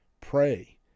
Pray